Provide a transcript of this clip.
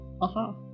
aha